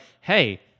hey